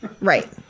Right